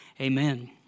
amen